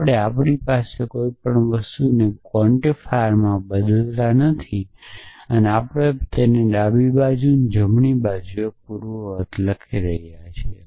આપણે આપણી પાસેની કોઈપણ વસ્તુને ક્વોન્ટિફાયરમાં બદલતા નથી અને આપણે તેને ડાબી બાજુ અને જમણી બાજુએ પૂર્વવર્તી લખી રહ્યા છીએ